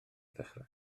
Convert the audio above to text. dechrau